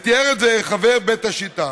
תיאר את זה חבר בית השיטה,